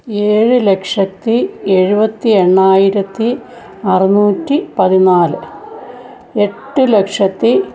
ഏഴു ലക്ഷത്തി ഏഴുപത്തി എണ്ണായിരത്തി അറുന്നൂറ്റി പതിനാല് എട്ടു ലക്ഷത്തി